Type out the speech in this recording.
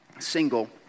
single